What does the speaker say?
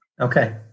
Okay